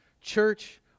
Church